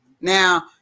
Now